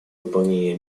выполнение